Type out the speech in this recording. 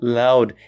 loud